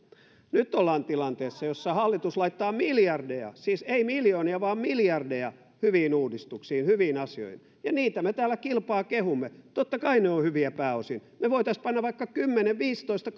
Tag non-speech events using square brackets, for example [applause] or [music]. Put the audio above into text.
nyt ollaan tilanteessa jossa hallitus laittaa miljardeja siis ei miljoonia vaan miljardeja hyviin uudistuksiin hyviin asioihin ja niitä me täällä kilpaa kehumme totta kai ne ovat hyviä pääosin me voisimme panna vaikka kymmenen viisitoista [unintelligible]